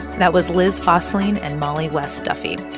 that was liz fosslien and mollie west duffy,